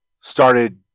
started